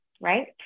right